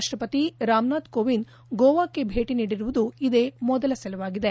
ರಾಷ್ಷಪತಿ ರಾಮನಾಥ್ ಕೋವಿಂದ್ ಗೋವಾಕ್ಕೆ ಭೇಟಿ ನೀಡಿರುವುದು ಇದೇ ಮೊದಲ ಸಲವಾಗಿದೆ